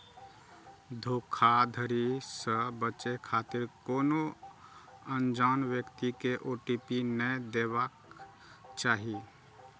धोखाधड़ी सं बचै खातिर कोनो अनजान व्यक्ति कें ओ.टी.पी नै देबाक चाही